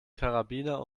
karabiner